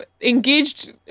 engaged